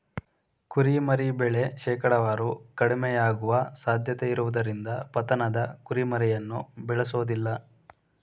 ಕುರಿಮರಿ ಬೆಳೆ ಶೇಕಡಾವಾರು ಕಡಿಮೆಯಾಗುವ ಸಾಧ್ಯತೆಯಿರುವುದರಿಂದ ಪತನದ ಕುರಿಮರಿಯನ್ನು ಬೇಳೆಸೋದಿಲ್ಲ